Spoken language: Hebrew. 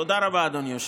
תודה רבה, אדוני היושב-ראש.